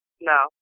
No